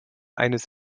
eines